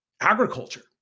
agriculture